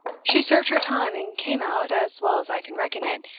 she served her time and came out, as well as i can reckon it,